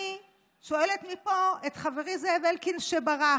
אני שואלת מפה את חברי זאב אלקין, שברח,